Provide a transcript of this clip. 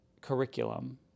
curriculum